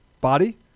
body